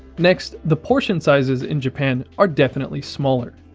next, the portion sizes in japan are definitely smaller.